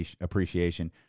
appreciation